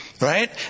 Right